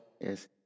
yes